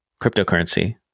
cryptocurrency